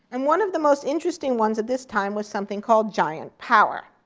and one of the most interesting ones at this time was something called giant power.